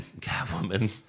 Catwoman